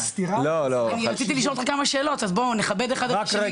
אני רציתי לשאול אותך כמה שאלות אז בוא נכבד אחד את השני.